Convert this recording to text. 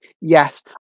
yes